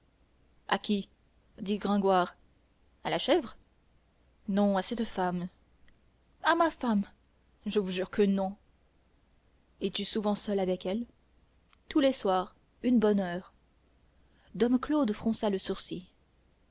à qui dit gringoire à la chèvre non à cette femme à ma femme je vous jure que non et tu es souvent seul avec elle tous les soirs une bonne heure dom claude fronça le sourcil